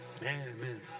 Amen